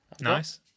Nice